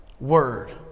word